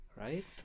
right